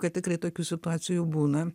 kad tikrai tokių situacijų būna